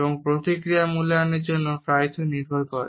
এবং প্রতিক্রিয়া মূল্যায়নের জন্য প্রায়শই নির্ভর করে